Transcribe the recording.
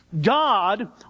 God